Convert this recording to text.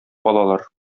калалар